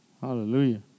Hallelujah